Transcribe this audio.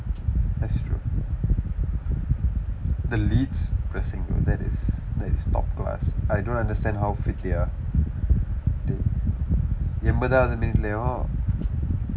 that's true the leeds pressing for that is that is top class I don't understand how fit they are dey என்பதாது:enpathaathu minute-layum